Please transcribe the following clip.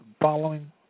following